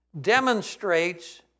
demonstrates